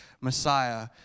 Messiah